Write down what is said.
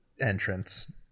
entrance